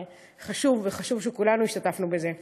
זה חשוב, וחשוב שכולנו השתתפנו בזה.